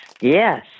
yes